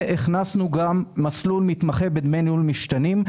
הכנסנו גם מסלול מתמחה בדמי ניהול משתנים.